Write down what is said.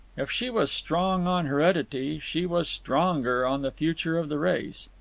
if she was strong on heredity, she was stronger on the future of the race.